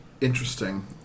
interesting